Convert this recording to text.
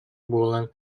буолан